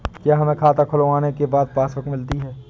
क्या हमें खाता खुलवाने के बाद पासबुक मिलती है?